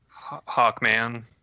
Hawkman